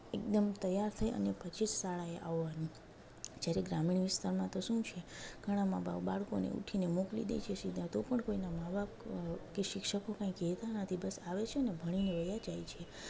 એકદમ તૈયાર થઈ અને પછી જ શાળાએ આવો એમ જ્યારે ગ્રામીણ વિસ્તારમાં તો શું છે ઘણાં મા બાપ બાળકોને ઉઠીને મોકલી દે છે સીધા તો પણ કોઈ ના મા બાપ કે શિક્ષકો કશું કહેતાં નથી બસ આવે છે ભણીને ચાલ્યા જાય છે